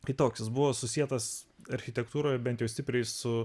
kitoks jis buvo susietas architektūroje bent jau stipriai su